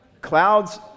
clouds